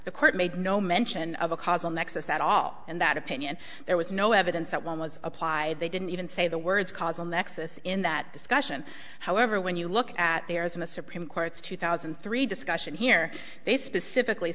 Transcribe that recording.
the court made no mention of a causal nexus at all and that opinion there was no evidence that was applied they didn't even say the words causal nexus in that discussion however when you look at there is in the supreme court's two thousand and three discussion here they specifically